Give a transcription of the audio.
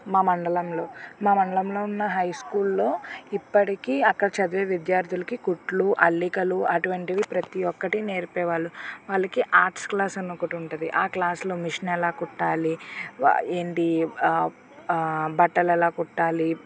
మా మండలంలో మా మండలంలో ఉన్న హై స్కూల్లో ఇప్పటికి అక్కడ చదివే విద్యార్ధులకి కుట్లు అల్లికలు అటువంటి ప్రతి ఒకటి నేర్పించేవారు వాళ్ళకి ఆర్ట్స్ క్లాస్ అని ఒకటి ఉంటుంది ఆ క్లాసులో మిషన్ ఎలా కుట్టాలి ఆ ఏంటి ఆ బట్టలు ఎలా కుట్టాలి